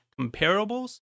comparables